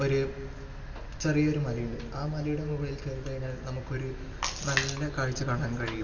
ഒരു ചെറിയൊരു മലയുണ്ട് ആ മലയുടെ മുകളിൽ കയറി കഴിഞ്ഞാൽ നമുക്കൊരു നല്ല കാഴ്ച് കാണാൻ കഴിയും